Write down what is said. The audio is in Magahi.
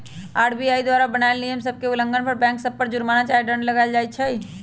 आर.बी.आई द्वारा बनाएल नियम सभ के उल्लंघन पर बैंक सभ पर जुरमना चाहे दंड लगाएल किया जाइ छइ